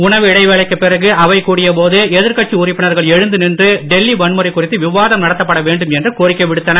உணவு இடைவேளைக்குப்பிறகு அவை கூடிய போது எதிர்கட்சி உறுப்பினர்கள் எழுந்து நின்று டெல்லி வன்முறை குறித்து விவாதம் நடத்தப்படவேண்டும் என்று கோரிக்கை விடுத்தனர்